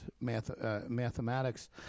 mathematics